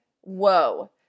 whoa